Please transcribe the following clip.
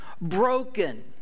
broken